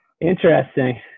Interesting